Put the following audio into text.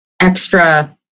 extra